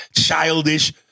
childish